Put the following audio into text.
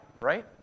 right